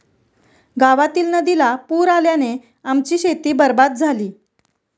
गावातील नदीला पूर आल्याने आमची शेती बरबाद झाली